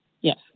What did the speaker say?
Yes